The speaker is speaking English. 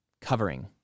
covering